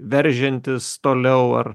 veržiantis toliau ar